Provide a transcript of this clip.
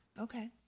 okay